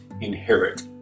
inherit